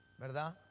¿verdad